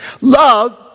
Love